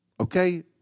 okay